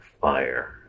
fire